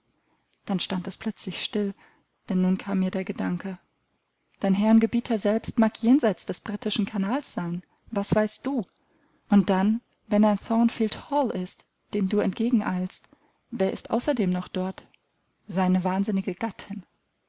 dann stand es plötzlich still denn nun kam mir der gedanke dein herr und gebieter selbst mag jenseit des brittischen kanals sein was weißt du und dann wenn er in thornfield hall ist dem du entgegeneilst wer ist außerdem noch dort seine wahnsinnige gattin